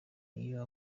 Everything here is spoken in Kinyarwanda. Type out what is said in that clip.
iyo